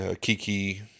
Kiki